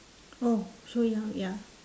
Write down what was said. oh so young ya